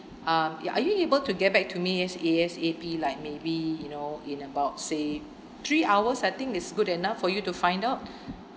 uh ya are you able to get back to me as A_S_A_P like maybe you know in about say three hours I think it's good enough for you to find out